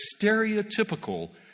stereotypical